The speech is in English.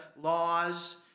laws